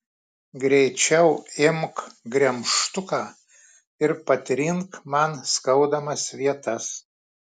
greičiau imk gremžtuką ir patrink man skaudamas vietas